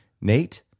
Nate